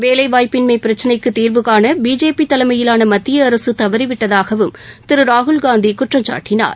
வேலைவாய்ப்பின்மை பிரச்சனைக்கு தீர்வுகாண பிஜேபி தலைமையிலான மத்திய அரசு தவறிவிட்டதாகவும் திரு ராகுல்காந்தி குற்றம் சாட்டினார்